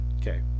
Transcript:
Okay